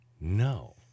No